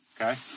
Okay